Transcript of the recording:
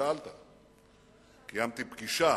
קיימתי פגישה,